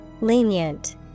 Lenient